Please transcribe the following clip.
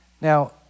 Now